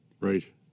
Right